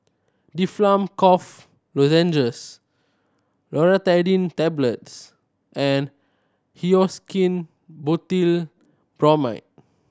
Difflam Cough Lozenges Loratadine Tablets and Hyoscine Butylbromide